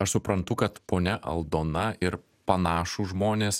aš suprantu kad ponia aldona ir panašūs žmonės